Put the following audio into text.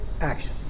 action